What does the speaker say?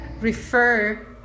refer